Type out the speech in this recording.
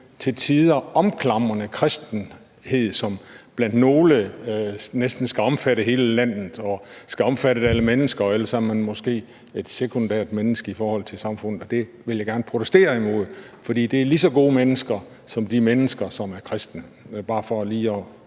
til tider omklamrende kristenhed, som for nogle næsten skal omfatte hele landet og skal omfatte alle mennesker. Ellers er man måske et sekundært menneske i forhold til samfundet. Det vil jeg gerne protestere imod, for det er lige så gode mennesker som de mennesker, som er kristne. Det er bare for lige at